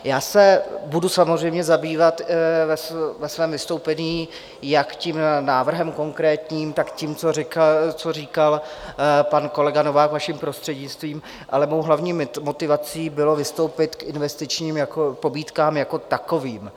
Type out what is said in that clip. Já se budu samozřejmě zabývat ve svém vystoupení jak tím návrhem konkrétním, tak tím, co říkal pan kolega Novák, vaším prostřednictvím, ale mou hlavní motivací bylo vystoupit k investičním pobídkám jako takovým.